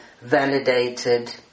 validated